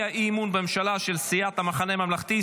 אי-אמון בממשלה של סיעות המחנה הממלכתי,